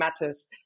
matters